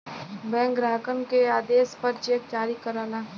bank ग्राहक के आदेश पर चेक जारी करला